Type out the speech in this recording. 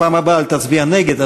בפעם הבאה אל תצביע נגד,